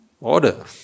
Order